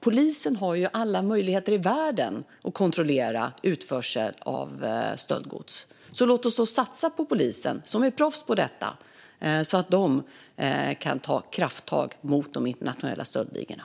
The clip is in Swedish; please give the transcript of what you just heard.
Polisen har alla möjligheter i världen att kontrollera utförsel av stöldgods. Låt oss därför satsa på polisen som är proffs på detta. Då kan de ta krafttag mot de internationella stöldligorna.